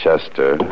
Chester